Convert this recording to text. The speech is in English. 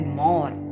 more